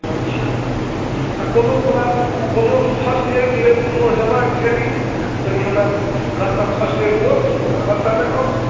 अच्छा आओर कोनो प्राथ कोनो फर्स्ट एड लेल कोनो हेबाके चाही ने कनि हमरा रस्ता फर्स्ट एड दऽ दिअऽ आओर रस्ता देखाउ